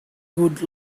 good